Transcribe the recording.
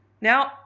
Now